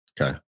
Okay